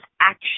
action